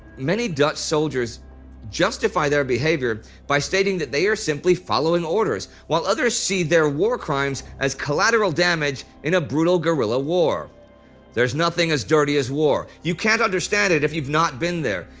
many dutch soldiers justify their behaviour by stating that they are simply following orders, while others see their war-crimes as collateral damage in a brutal guerrilla war there's nothing as dirty as war. you can't understand it if you've not been there.